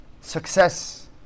success